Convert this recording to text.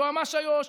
יועמ"ש איו"ש,